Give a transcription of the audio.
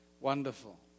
wonderful